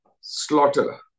slaughter